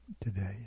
today